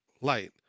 light